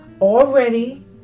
Already